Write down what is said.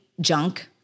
junk